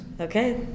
Okay